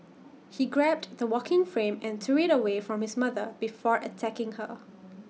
he grabbed the walking frame and threw IT away from his mother before attacking her